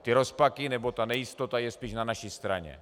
Ty rozpaky, nebo ta nejistota je spíš na naší straně.